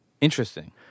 interesting